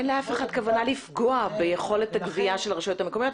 אין לאף אחד כוונה לפגוע ביכולת הגבייה של הרשויות המקומיות,